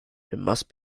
must